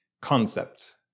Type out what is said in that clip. concept